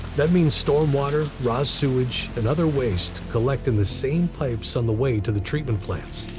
that means stormwater, raw sewage, and other waste collect in the same pipes on the way to the treatment plant.